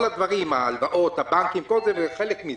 כל הדברים: ההלוואות, הבנקים, הכול הוא חלק מזה.